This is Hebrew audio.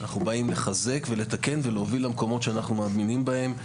אנחנו באים לחזק ולתקן ולהוביל למקומות שאנחנו מאמינים בהם.